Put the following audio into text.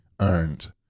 earned